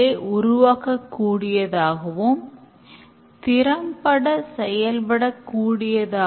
XP வடிவமைப்பு மிக எளியது